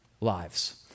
lives